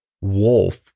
wolf